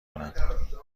کنم